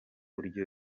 buryo